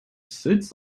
sits